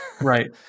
right